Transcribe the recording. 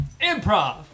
Improv